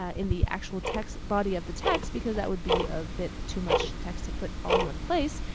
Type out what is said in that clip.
ah in the actual text body of the text because that would be a bit too much text to put all in one place.